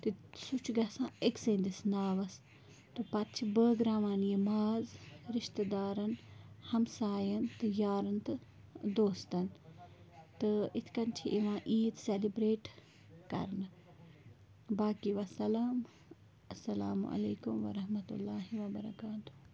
تہٕ سُہ چھُ گَژھان أکِسٕنٛدس ناوس تہٕ پتہٕ چھِ بٲگٕراوان یہِ ماز رشتہٕ دارن ہمساین تہِ یارن تہٕ دوستن تہٕ یِتھ کٔنۍ چھِ یِوان عیٖد سٮ۪لِبرٛیٹ کِرنہٕ باقٕے وَسلام اَلسَلامُ علیکُم وَرحمتُہ اللہِ وَبرکاتُہ